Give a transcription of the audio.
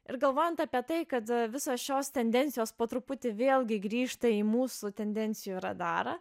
ir galvojant apie tai kad visos šios tendencijos po truputį vėlgi grįžta į mūsų tendencijų radarą